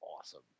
awesome